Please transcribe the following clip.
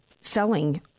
selling